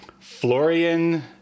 Florian